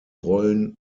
rollen